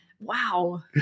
Wow